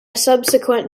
subsequent